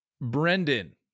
brendan